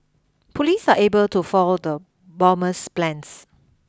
police are able to foil the bomber's plans